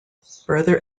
further